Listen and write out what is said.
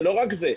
ולא רק זה,